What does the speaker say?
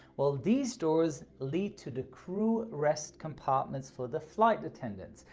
well, these doors lead to the crew rest compartments for the flight attendants.